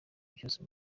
byose